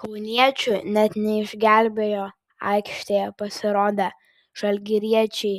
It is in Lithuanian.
kauniečių net neišgelbėjo aikštėje pasirodę žalgiriečiai